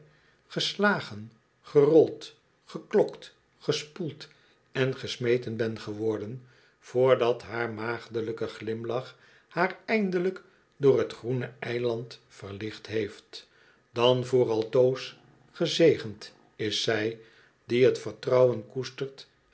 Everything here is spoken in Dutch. geslagen gerold geklokt gespoeld en gesmeten ben geworden vrdat haar maagdelijke glimlachhaar eindelijk door t groene eiland verlicht heeft dan voor altoos gezegend is zij die t vertrouwen koestert